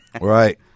Right